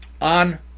on